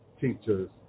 teachers